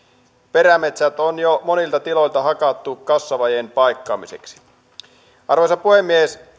perämetsät on jo monilta tiloilta hakattu kassavajeen paikkaamiseksi arvoisa puhemies